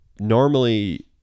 normally